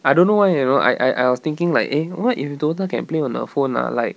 I don't know why you know I I I was thinking like eh what if dota can play on the phone ah like